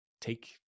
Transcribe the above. take